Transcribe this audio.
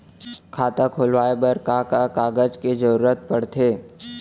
खाता खोलवाये बर का का कागज के जरूरत पड़थे?